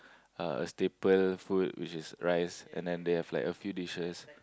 a staple food which is rice and then they have like a few dishes